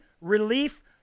relief